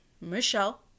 Michelle